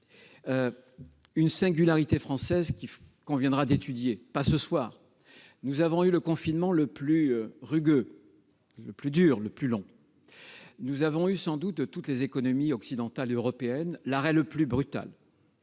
une singularité française qu'il conviendra d'étudier- pas ce soir, mais à l'avenir. Nous avons eu le confinement le plus rugueux, le plus dur, le plus long. Nous avons sans doute eu, de toutes les économies occidentales et européennes, l'arrêt le plus brutal.